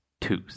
twos